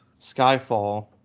Skyfall